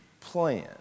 plan